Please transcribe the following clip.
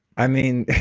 i mean,